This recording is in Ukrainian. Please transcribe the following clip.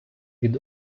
від